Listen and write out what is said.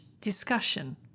discussion